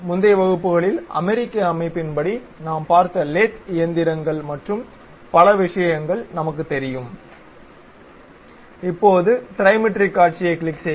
முந்தைய வகுப்புகளில் அமெரிக்க அமைப்பின்படி நாம் பார்த்த லேத் இயந்திர்ங்கள் மற்றும் பிற விஷயங்கள் நமக்கு தெரியும் இப்போது ட்ரைமெட்ரிக் காட்சியைக் கிளிக் செய்க